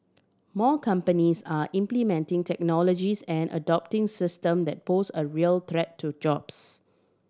more companies are implementing technologies and adopting system that pose a real threat to jobs